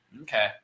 Okay